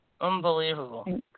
Unbelievable